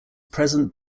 present